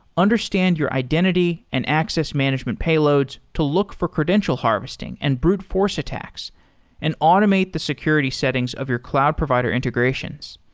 understand your identity and access management payloads to look for credential harvesting and brute force attacks and automate the security settings of your cloud provider integrations.